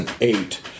eight